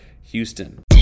Houston